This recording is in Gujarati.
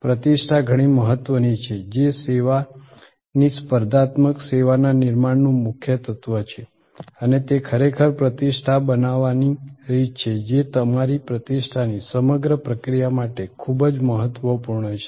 પ્રતિષ્ઠા ઘણી મહત્વની છે જે સેવાની સ્પર્ધાત્મક સેવાના નિર્માણનું મુખ્ય તત્વ છે અને તે ખરેખર પ્રતિષ્ઠા બનાવવાની રીત છે જે તમારી પ્રતિષ્ઠાની સમગ્ર પ્રક્રિયા માટે ખૂબ જ મહત્વપૂર્ણ છે